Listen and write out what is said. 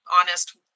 honest